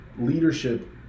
leadership